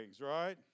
right